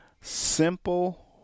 Simple